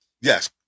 yes